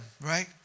right